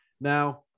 Now